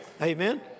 Amen